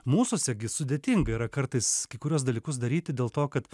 mūsuose gi sudėtinga yra kartais kai kuriuos dalykus daryti dėl to kad